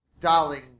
Darling